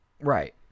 right